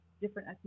different